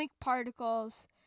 particles